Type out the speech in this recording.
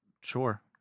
Sure